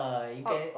hop